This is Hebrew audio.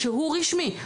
שהוא רשמי.